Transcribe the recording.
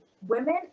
women